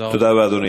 תודה רבה.